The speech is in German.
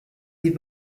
die